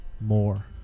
more